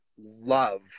love